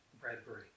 Bradbury